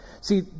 See